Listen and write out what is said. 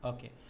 Okay